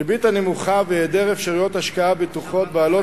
הריבית הנמוכה והיעדר אפשרויות השקעה בטוחות בעלות